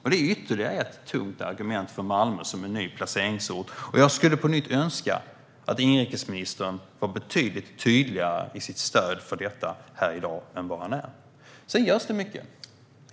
Detta är ytterligare ett tungt argument för Malmö som en ny placeringsort, och jag skulle på nytt önska att inrikesministern var betydligt tydligare i sitt stöd för detta här i dag än vad han är. Sedan görs det mycket.